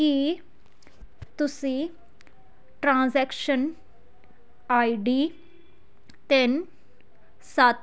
ਕੀ ਤੁਸੀਂ transaction ID ਤਿੰਨ ਸੱਤ